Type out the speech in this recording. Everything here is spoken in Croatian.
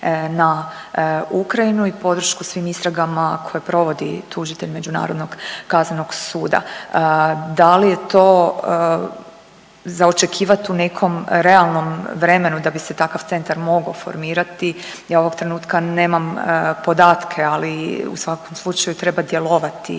na Ukrajinu i podršku svim istragama koje provodi tužitelj međunarodnog kaznenog suda. Da li je to za očekivati u nekom realnom vremenu da bi se takav centar mogao formirati. Ja ovog trenutka nemam podatke, ali u svakom slučaju treba djelovati